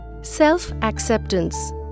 Self-acceptance